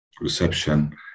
reception